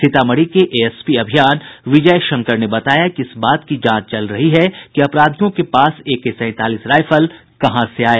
सीतामढ़ी के एएसपी अभियान विजय शंकर ने बताया कि इस बात की जांच चल रही है कि अपराधियों के पास एके सैंतालीस राईफल कहां से आया